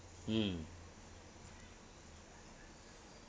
mm